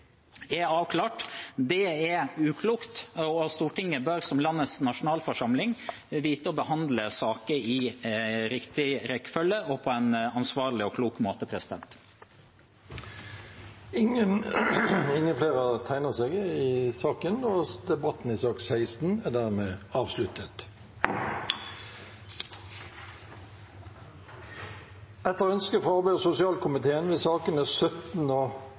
er avklart – det er uklokt. Stortinget bør som landets nasjonalforsamling vite å behandle saker i riktig rekkefølge og på en ansvarlig og klok måte. Flere har ikke bedt om ordet til sak nr. 16. Etter ønske fra arbeids- og sosialkomiteen vil sakene nr. 17 og 18 behandles under ett. Etter ønske fra arbeids- og sosialkomiteen